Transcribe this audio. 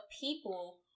people